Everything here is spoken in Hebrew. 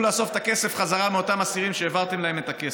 לאסוף את הכסף בחזרה מאותם אסירים שהעברתם להם את הכסף.